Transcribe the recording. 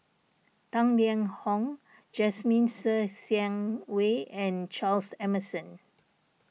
Tang Liang Hong Jasmine Ser Xiang Wei and Charles Emmerson